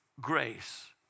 grace